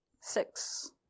Six